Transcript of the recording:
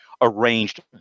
arranged